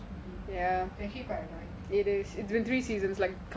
actually quite annoying